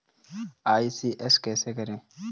ECS कैसे करें?